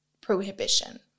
prohibition